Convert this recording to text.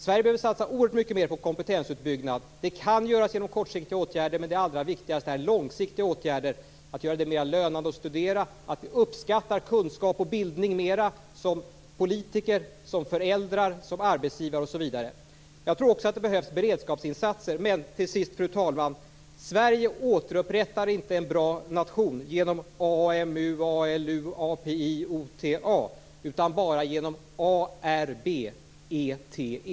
Sverige behöver satsa oerhört mycket mer på kompetensutbyggnad. Det kan göras genom kortsiktiga åtgärder, men det allra viktigaste är långsiktiga åtgärder: att göra det mer lönande att studera, att som politiker, som föräldrar och som arbetsgivare uppskatta kunskaper och bildning mera. Jag tror också att det behövs beredskapsinsatser. Och till sist, fru talman: Sverige återupprättar inte en bra nation genom AMU, ALU, API, OTA utan bara genom a-r-b-e-t-e.